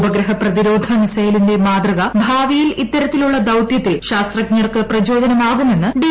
ഉപഗ്രഹ പ്രതിരോധ മിസൈലിന്റെ മാതൃക ഭാവിയിൽ ഇത്തരത്തിലുള്ള ദൌതൃത്തിൽ ശാസ്ത്രജ്ഞർക്ക് പ്രചോദനമാകുമെന്ന് ഡി